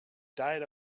diet